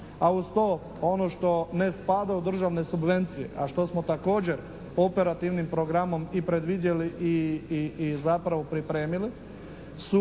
A uz to ono što ne spada u državne subvencije a što smo također operativnim programom i predvidjeli i zapravo pripremili su